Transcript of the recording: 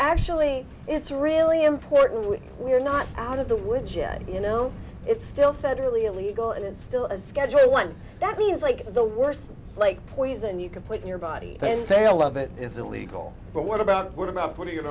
actually it's really important we're not out of the woods yet you know it's still federally illegal and it's still a schedule one that means like the worst like poison you can put in your body the sale of it is illegal but what about what about